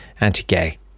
anti-gay